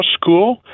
school